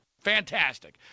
fantastic